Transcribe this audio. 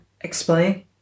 explain